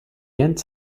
ends